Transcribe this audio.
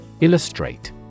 Illustrate